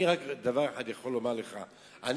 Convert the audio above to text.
אני יכול לומר לך רק דבר אחד.